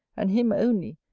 and him only,